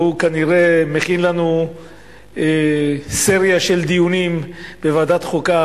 שהוא כנראה מכין לנו סריה של דיונים בוועדת חוקה.